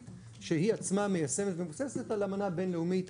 שהיא עצמה מיישמת ומבוססת על אמנה בינלאומית,